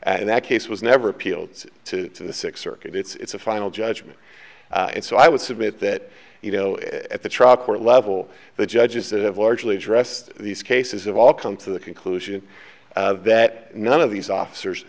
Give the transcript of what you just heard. and that case was never appealed to the six circuit it's a final judgment and so i would submit that you know at the trial court level the judges that have largely addressed these cases of all come to the conclusion that none of these officers